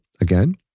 Again